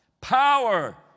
Power